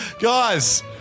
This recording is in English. Guys